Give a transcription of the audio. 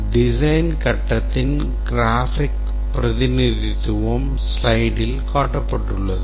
design கட்டத்தின் graphic பிரதிநிதித்துவம் ஸ்லைடில் காட்டப்பட்டுள்ளது